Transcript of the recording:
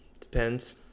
Depends